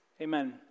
Amen